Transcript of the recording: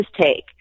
take